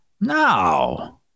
No